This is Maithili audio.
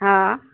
हँ